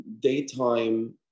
daytime